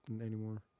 anymore